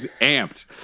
amped